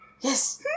Yes